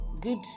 Good